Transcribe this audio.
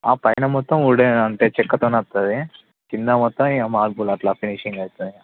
పైన మొత్తం వుడ్ అంటే చెక్కతోనే వస్తుంది కింద మొత్తం ఇక మార్బుల్ అట్లా ఫినిషింగ్ అవుతుంది ఇక